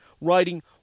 writing